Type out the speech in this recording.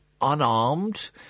unarmed